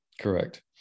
Correct